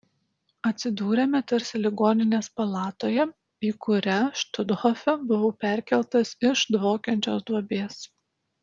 atsidūrėme tarsi ligoninės palatoje į kurią štuthofe buvau perkeltas iš dvokiančios duobės